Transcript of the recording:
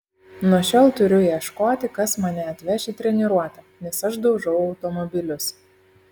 nuo šiol turiu ieškoti kas mane atveš į treniruotę nes aš daužau automobilius